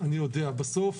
בסוף